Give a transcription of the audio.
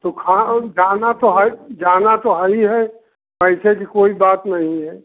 दुखान जाना तो है जाना तो है ही है पैसे की कोई बात नहीं है